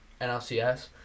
NLCS